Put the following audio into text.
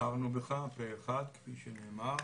בחרנו בך פה אחד, כפי שנאמר.